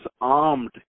armed